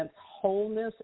wholeness